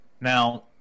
Now